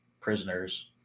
prisoners